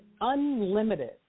unlimited